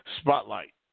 spotlight